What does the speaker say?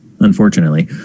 Unfortunately